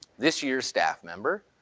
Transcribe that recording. this year's staff member.